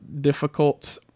difficult